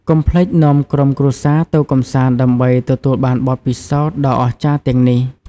កុំភ្លេចនាំក្រុមគ្រួសារទៅកម្សាន្តដើម្បីទទួលបានបទពិសោធន៍ដ៏អស្ចារ្យទាំងនេះ។